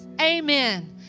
Amen